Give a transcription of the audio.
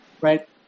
right